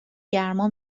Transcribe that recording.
گرما